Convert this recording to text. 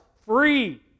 free